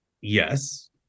Yes